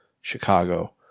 Chicago